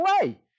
away